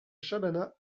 chabanas